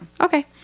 Okay